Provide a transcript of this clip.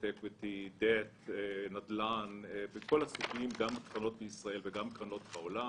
הסוגים, גם קרנות בישראל וגם בקרנות בעולם.